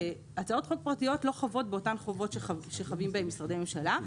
שהצעות חוק פרטיות לא חבות באותם חובות שחבים בהם משרדי ממשלה,